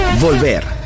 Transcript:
Volver